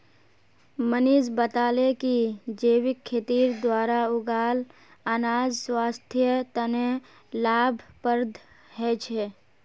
मनीष बताले कि जैविक खेतीर द्वारा उगाल अनाज स्वास्थ्य तने लाभप्रद ह छे